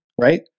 Right